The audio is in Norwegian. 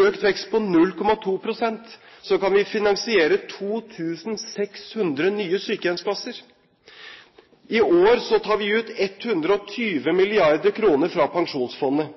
økt vekst på 0,2 pst. – kan vi finansiere 2 600 nye sykehjemsplasser. I år tar vi ut 120 mrd. kr fra Pensjonsfondet.